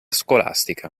scolastica